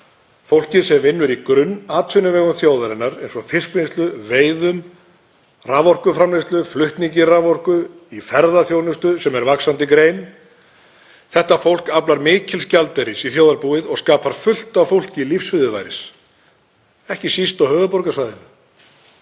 fólki sem vinnur í grunnatvinnuvegum þjóðarinnar eins og fiskvinnslu, veiðum, raforkuframleiðslu, flutningi raforku, í ferðaþjónustu sem er vaxandi grein. Þetta fólk aflar mikils gjaldeyris í þjóðarbúið og skapar fullt af fólki lífsviðurværi, ekki síst á höfuðborgarsvæðinu.